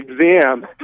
exam